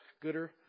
Gooder